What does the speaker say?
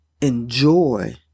enjoy